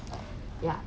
uh ya